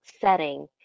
setting